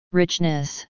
richness